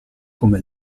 come